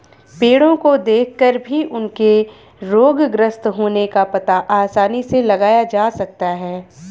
पेड़ो को देखकर भी उनके रोगग्रस्त होने का पता आसानी से लगाया जा सकता है